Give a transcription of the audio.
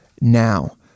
now